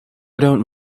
don’t